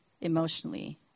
emotionally